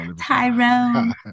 tyrone